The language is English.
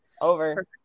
Over